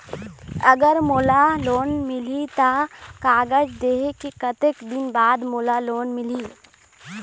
अगर मोला लोन मिलही त कागज देहे के कतेक दिन बाद मोला लोन मिलही?